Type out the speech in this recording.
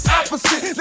opposite